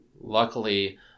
luckily